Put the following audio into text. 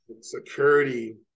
security